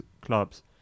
clubs